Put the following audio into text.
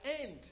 end